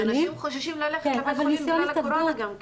אנשים חוששים ללכת לבתי החולים בגלל הקורונה גם כן.